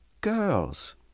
girls